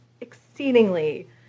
exceedingly